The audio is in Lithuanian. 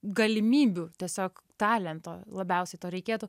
galimybių tiesiog talento labiausiai to reikėtų